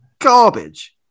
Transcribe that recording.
garbage